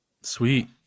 Sweet